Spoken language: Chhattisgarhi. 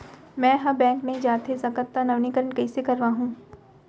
मैं ह बैंक नई जाथे सकंव त नवीनीकरण कइसे करवाहू?